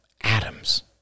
atoms